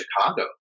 Chicago